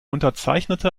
unterzeichnete